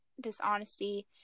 dishonesty